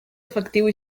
efectiu